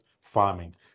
farming